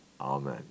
Amen